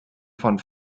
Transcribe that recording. von